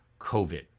COVID